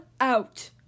out